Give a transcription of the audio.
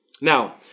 Now